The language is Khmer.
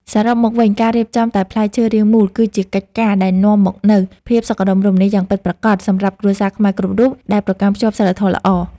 សរុបមកវិញការរៀបចំតែផ្លែឈើរាងមូលគឺជាកិច្ចការដែលនាំមកនូវភាពសុខដុមរមនាយ៉ាងពិតប្រាកដសម្រាប់គ្រួសារខ្មែរគ្រប់រូបដែលប្រកាន់ខ្ជាប់សីលធម៌ល្អ។